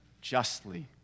justly